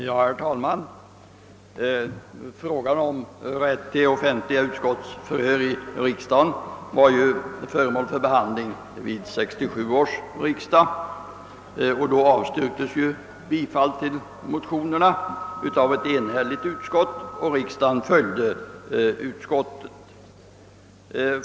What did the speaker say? Herr talman! Frågan om rätt till offentliga utskottsförhör i riksdagen var föremål för behandling vid 1967 års riksdag. Då avstyrktes motionerna av ett enhälligt utskott, och riksdagen följde utskottet.